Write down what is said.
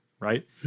right